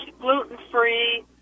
gluten-free